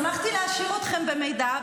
שמחתי להעשיר אתכם במידע.